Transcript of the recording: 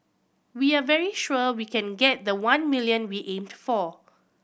we are very sure we can get the one million we aimed for